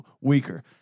weaker